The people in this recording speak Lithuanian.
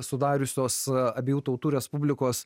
sudariusios abiejų tautų respublikos